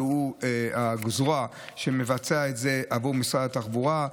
שהוא הזרוע שמבצעת את זה עבור משרד התחבורה,